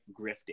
grifting